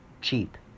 cheap